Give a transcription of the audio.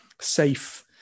safe